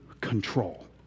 control